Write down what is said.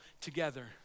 together